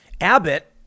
Abbott